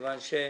ראשית,